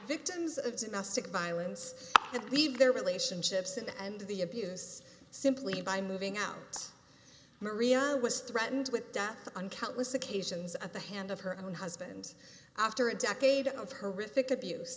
victims of domestic violence that leave their relationships and the abuse simply by moving out maria was threatened with death on countless occasions at the hands of her own husband after a decade of her reflect abuse